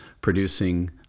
producing